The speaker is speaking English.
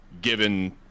given